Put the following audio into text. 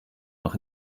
noch